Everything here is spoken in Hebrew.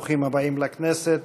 ברוכים הבאים לכנסת.